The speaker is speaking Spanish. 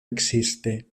existe